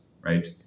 right